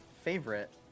favorite